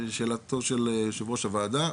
לשאלתו של יו"ר הוועדה,